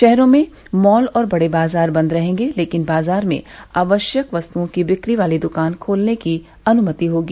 शहरों में मॉल और बड़े बाजार बंद रहेगे लेकिन बाजार में आवश्यक वस्तु की बिक्री वाली दुकान खोलने की अनुमति होगी